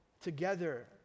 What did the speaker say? Together